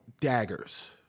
daggers